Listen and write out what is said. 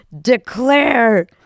declare